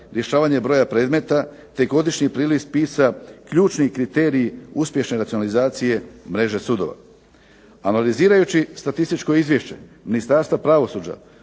rješavanje broja predmeta te godišnji priliv spisa ključni kriterij uspješne racionalizacije mreže sudova. Analizirajući statističko izvješće Ministarstva pravosuđa